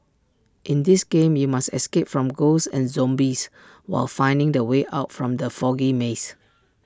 in this game you must escape from ghosts and zombies while finding the way out from the foggy maze